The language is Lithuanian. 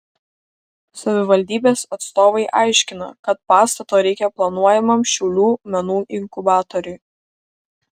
savivaldybės atstovai aiškina kad pastato reikia planuojamam šiaulių menų inkubatoriui